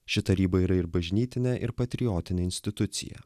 ši taryba yra ir bažnytinė ir patriotinė institucija